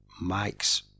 Mike's